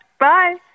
Bye